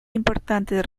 importantes